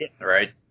right